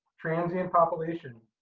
transient population.